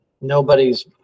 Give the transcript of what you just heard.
nobody's